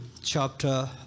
chapter